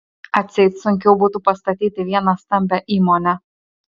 atseit sunkiau būtų pastatyti vieną stambią įmonę